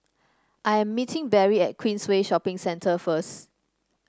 I am meeting Berry at Queensway Shopping Centre first